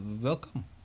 welcome